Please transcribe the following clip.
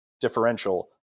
differential